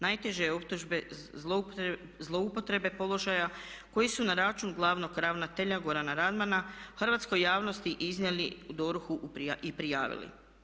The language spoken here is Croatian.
Najteže optužbe zloupotrebe položaja koji su na račun glavnog ravnatelja Gorana Radmana hrvatskoj javnosti iznijeli DORH-u i prijavili.